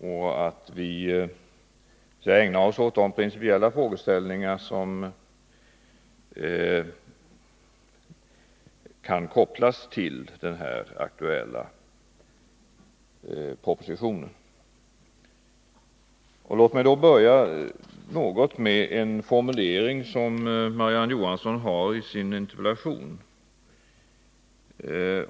Vi bör då ägna oss åt de principiella frågeställningar som kan kopplas till den aktuella propositionen. Låt mig börja med att citera en mening ur Marie-Ann Johanssons interpellation.